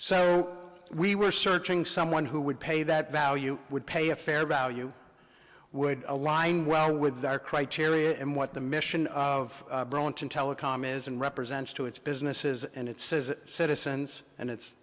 so we were searching someone who would pay that value would pay a fair value would align well with their criteria and what the mission of bronson telecom is and represents to its businesses and it says citizens and it